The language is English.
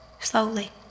slowly